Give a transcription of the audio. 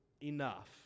enough